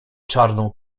czarną